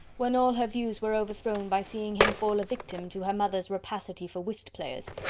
when all her views were overthrown by seeing him fall a victim to her mother's rapacity for whist players,